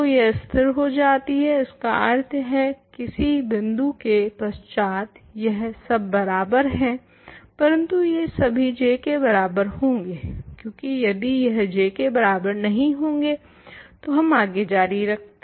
तो यह स्थिर हो जाती है इसका अर्थ है किसी बिन्दु के पश्चात यह सब बराबर हें परंतु ये सभी J के बराबर होंगे क्यूंकी यदि यह J के बराबर नहीं होंगे तो हम आगे जारी रखते